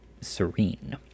serene